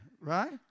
right